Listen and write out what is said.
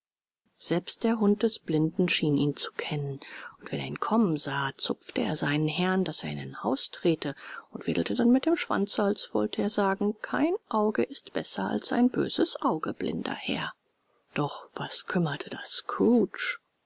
selbst der hund des blinden schien ihn zu kennen und wenn er ihn kommen sah zupfte er seinen herrn daß er in ein haus trete und wedelte dann mit dem schwanze als wollte er sagen kein auge ist besser als ein böses auge blinder herr doch was kümmerte das